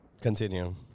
Continue